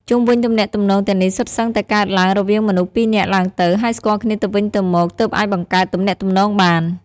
ជុំវិញទំនាក់ទំនងទាំងនេះសុទ្ធសឹងតែកើតឡើងរវាងមនុស្សពីរនាក់ឡើងទៅ ហើយស្គាល់គ្នាទៅវិញទៅមកទើបអាចបង្កើតទំនាក់ទំនងបាន។